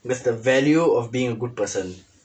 with the value of being a good person